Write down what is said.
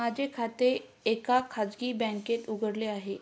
माझे खाते एका खाजगी बँकेत उघडले आहे